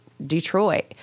Detroit